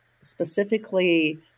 specifically